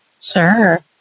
sure